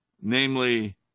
namely